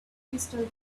crystal